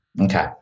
okay